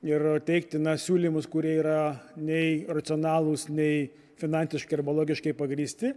ir teikti na siūlymus kurie yra nei racionalūs nei finansiškai arba logiškai pagrįsti